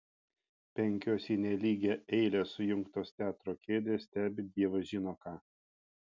penkios į nelygią eilę sujungtos teatro kėdės stebi dievas žino ką